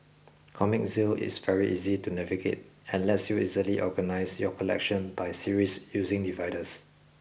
comic Zeal is very easy to navigate and lets you easily organise your collection by series using dividers